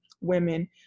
women